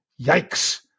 Yikes